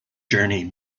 journey